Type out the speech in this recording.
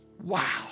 Wow